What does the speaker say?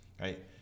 Right